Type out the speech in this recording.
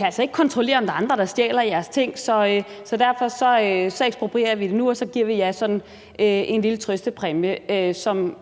altså ikke kontrollere, om der er andre, der stjæler jeres ting, så derfor eksproprierer vi det nu, og så giver vi jer sådan en lille trøstepræmie, som